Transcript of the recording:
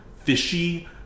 fishy